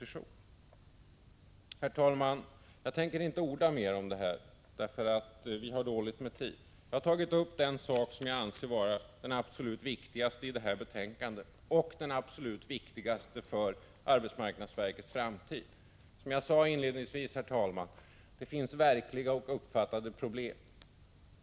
Eftersom vi har dåligt med tid tänker jag inte orda mer om detta: Jag har tagit upp den sak jag anser vara den absolut viktigaste i detta betänkande och den absolut viktigaste för arbetsmarknadsverkets framtid. Som jag sade inledningsvis, herr talman: Det finns verkliga och uppfattade problem.